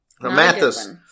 Mathis